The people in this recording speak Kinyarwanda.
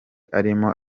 arimo